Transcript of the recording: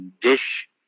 dish